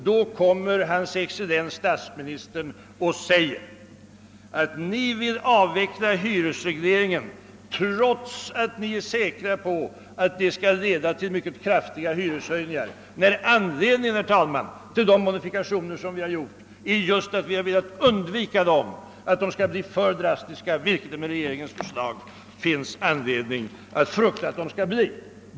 Då säger hans excellens statsministern att vi vill avveckla hyresregleringen trots att vi är säkra på att detta skall leda till mycket kraftiga hyreshöjningar, när anledningen till de modifikationer vi föreslagit just är att vi har velat undvika att höjningarna skall bli för drastiska, vilket det finns anledning att frukta om regeringens förslag genomförs.